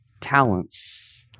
talents